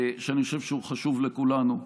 שאני חושב שהוא חשוב לכולנו.